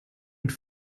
mit